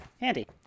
handy